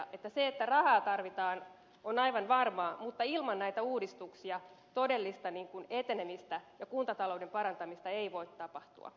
se että rahaa tarvitaan on aivan varmaa mutta ilman näitä uudistuksia todellista etenemistä ja kuntatalouden parantamista ei voi tapahtua